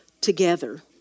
together